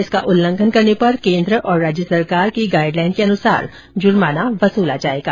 इसका उल्लंघन करने पर केन्द्र और राज्य सरकार की गाईडलाइन के अनुसार जुर्माना वसूला जायेगा